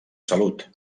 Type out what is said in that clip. salut